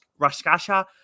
Raskasha